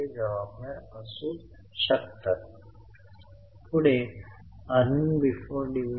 आपण निव्वळ प्रभाव दर्शवू शकत नाही आपल्याला 6 मिळवा आणि कमी करावे लागेल 1